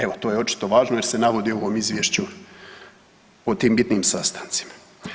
Evo to je očito važno jer se navodi u ovom izvješću o tim bitnim sastancima.